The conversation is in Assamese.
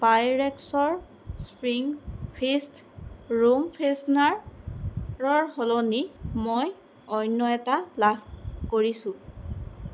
পাইৰেক্সৰ স্প্ৰীং ফিষ্ট ৰুম ফ্ৰেছনাৰৰ সলনি মই অন্য এটা লাভ কৰিছোঁ